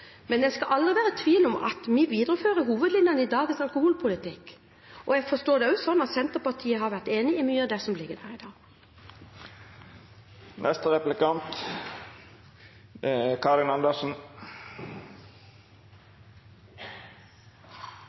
Men det skal aldri være tvil om at vi viderefører hovedlinjene i dagens alkoholpolitikk, og jeg forstår det også slik at Senterpartiet har vært enig i mye av det som ligger der i dag.